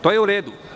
To je u redu.